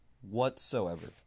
whatsoever